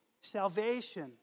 Salvation